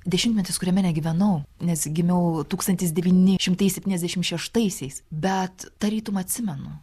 dešimtmetis kuriame negyvenau nes gimiau tūkstantis devyni šimtai septyniasdešim šeštaisiais bet tarytum atsimenu